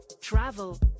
travel